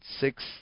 six